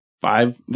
Five